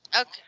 Okay